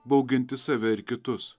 bauginti save ir kitus